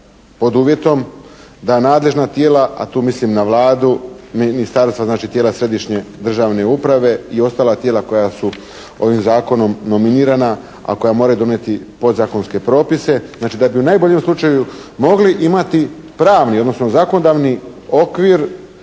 pod uvjetom da nadležna tijela, a tu mislim na Vladu, ministarstva, znači tijela središnje državne uprave i ostala tijela koja su ovim zakonom nominirana a koja moraju donijeti podzakonske propise. Znači da bi u najboljem slučaju mogli imati pravni odnosno zakonodavni okvir